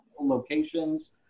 locations